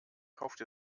kauft